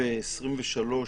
סעיף 23(2)